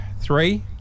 Three